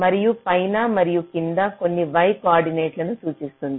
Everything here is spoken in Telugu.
మరియు పైన మరియు కింద కొన్ని y కోఆర్డినేట్లను సూచిస్తుంది